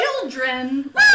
children